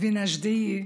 ונג'דייה,